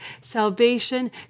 Salvation